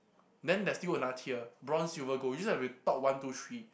then there's still another tier bronze silver gold this has to be top one two three